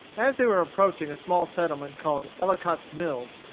as they were approaching a small settlement called ellicott's mills,